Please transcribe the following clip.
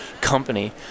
company